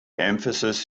emphasis